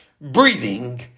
Breathing